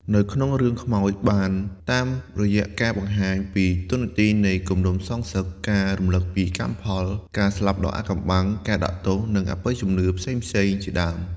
នៅក្នុងរឿងខ្មោចបានតាមរយៈការបង្ហាញពី តួនាទីនៃគំនុំសងសឹក ការរំលឹកពីកម្មផល ការស្លាប់ដ៏អាថ៌កំបាំង ការដាក់ទោស និងអបិយជំនឿផ្សេងៗជាដើម។